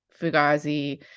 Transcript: Fugazi